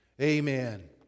Amen